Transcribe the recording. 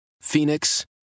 Phoenix